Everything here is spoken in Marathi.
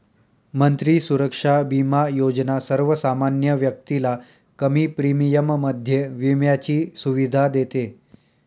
मंत्री सुरक्षा बिमा योजना सर्वसामान्य व्यक्तीला कमी प्रीमियम मध्ये विम्याची सुविधा देते